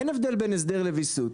אין הבדל בין הסדר לוויסות.